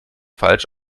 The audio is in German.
falsch